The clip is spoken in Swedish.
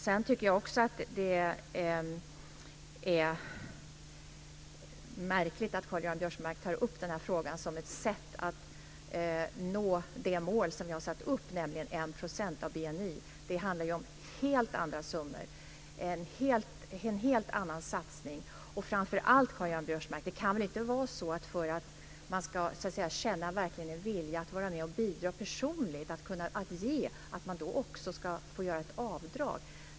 Sedan tycker jag också att det är märkligt att Karl Göran Biörsmark tar upp den här frågan som ett sätt att nå det mål vi har satt upp, nämligen 1 % av BNI. Det handlar ju om helt andra summor, en helt annan satsning. Och framför allt, Karl-Göran Biörsmark: Det kan väl inte vara så att man för att känna att man vill vara med och bidra personligen, också ska få göra ett avdrag?